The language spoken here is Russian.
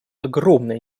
огромное